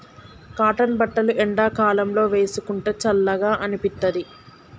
cotton బట్టలు ఎండాకాలం లో వేసుకుంటే చల్లగా అనిపిత్తది